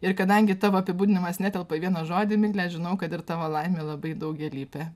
ir kadangi tavo apibūdinimas netelpa į vieną žodį migle žinau kad ir tavo laimė labai daugialypė